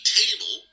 table